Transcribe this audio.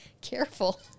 Careful